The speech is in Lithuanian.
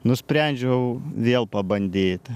nusprendžiau vėl pabandyt